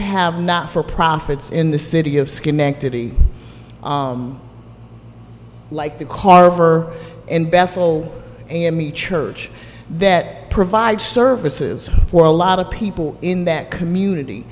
have not for profits in the city of schenectady like the carver and bethel a m e church that provide services for a lot of people in that community